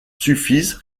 suffisent